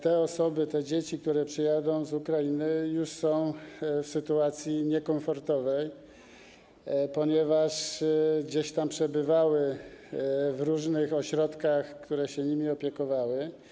Te osoby, te dzieci, które przyjadą z Ukrainy, już są w sytuacji niekomfortowej, ponieważ przebywały w różnych ośrodkach, które się nimi opiekowały.